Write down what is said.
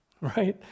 Right